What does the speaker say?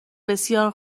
بسیار